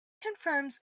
confirms